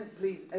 please